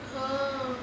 oh